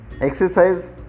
exercise